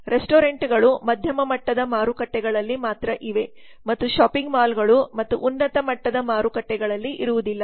ರೆಸ್ಟೋರೆಂಟ್ಗಳು ಮಧ್ಯಮ ಮಟ್ಟದ ಮಾರುಕಟ್ಟೆಗಳಲ್ಲಿ ಮಾತ್ರ ಇವೆ ಮತ್ತು ಶಾಪಿಂಗ್ ಮಾಲ್ಗಳು ಮತ್ತು ಉನ್ನತ ಮಟ್ಟದ ಮಾರುಕಟ್ಟೆಗಳಲ್ಲಿ ಇರುವುದಿಲ್ಲ